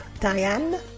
Diane